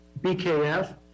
BKF